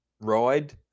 ride